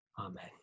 Amen